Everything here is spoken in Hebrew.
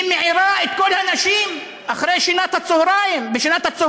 היא מעירה את כל האנשים משנת הצהריים.